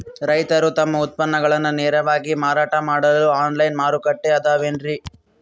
ರೈತರು ತಮ್ಮ ಉತ್ಪನ್ನಗಳನ್ನ ನೇರವಾಗಿ ಮಾರಾಟ ಮಾಡಲು ಆನ್ಲೈನ್ ಮಾರುಕಟ್ಟೆ ಅದವೇನ್ರಿ?